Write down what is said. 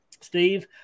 Steve